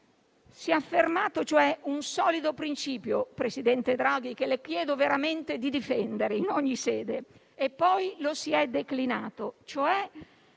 Si è affermato cioè un solido principio, presidente Draghi, che le chiedo veramente di difendere in ogni sede, e poi lo si è declinato: